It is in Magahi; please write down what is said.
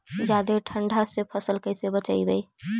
जादे ठंडा से फसल कैसे बचइबै?